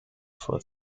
for